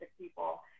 people